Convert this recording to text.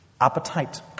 appetite